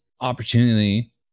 opportunity